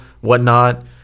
whatnot